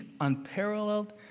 unparalleled